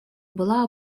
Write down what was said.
была